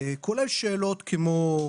כולל שאלות, כמו: